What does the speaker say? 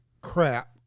crap